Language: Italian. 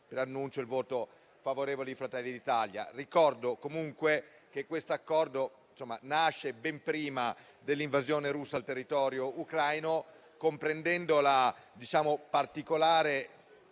preannuncio il voto favorevole di Fratelli d'Italia. Ricordo comunque che questo Accordo nasce ben prima dell'invasione russa al territorio ucraino. Comprendendo la particolare